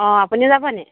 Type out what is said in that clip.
অ' আপুনি যাব নি